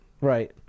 right